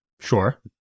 Sure